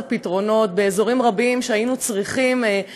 פתרונות באזורים רבים שהיינו צריכים בהם מענה,